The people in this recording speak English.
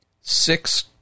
six